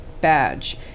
Badge